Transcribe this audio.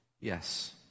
Yes